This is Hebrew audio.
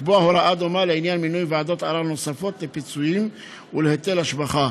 לקבוע הוראה דומה לעניין מינוי ועדות ערר נוספות לפיצויים ולהיטל השבחה.